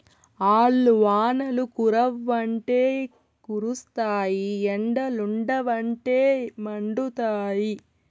ఆల్లు వానలు కురవ్వంటే కురుస్తాయి ఎండలుండవంటే మండుతాయి